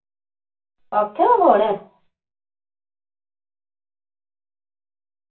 आक्खेआ थुआढ़ै